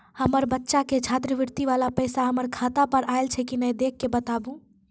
हमार बच्चा के छात्रवृत्ति वाला पैसा हमर खाता पर आयल छै कि नैय देख के बताबू?